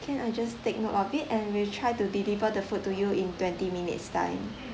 can I just take note of it and we'll try to deliver the food to you in twenty minutes time